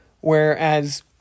whereas